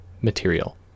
material